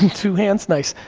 two hands, nice.